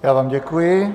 Já vám děkuji.